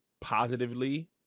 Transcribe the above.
positively